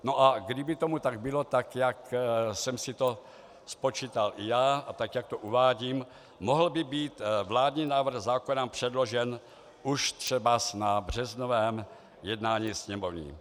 No a kdyby tomu tak bylo tak, jak jsem si to spočítal i já, a tak, jak to uvádím, mohl by být vládní návrh zákona předložen už třeba na březnovém jednání Sněmovny.